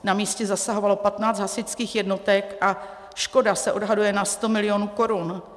Na místě zasahovalo 15 hasičských jednotek a škoda se odhaduje na 100 milionů korun.